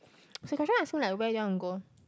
like where you want go